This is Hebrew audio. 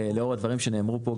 לאור הדברים שנאמרו פה,